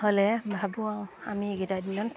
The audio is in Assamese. হ'লে ভাবোঁ আৰু আমি এইকেইটা দিনত